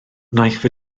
wnaiff